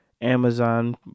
Amazon